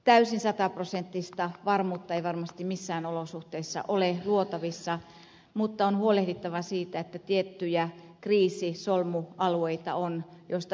täysin sataprosenttista varmuutta ei varmasti missään olosuhteissa ole luotavissa mutta on huolehdittava siitä että tiettyjä kriisi solmualueita on joista huolehditaan